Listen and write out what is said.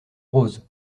roses